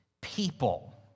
people